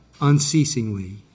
unceasingly